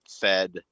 fed